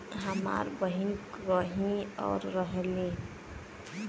हमार बहिन कहीं और रहेली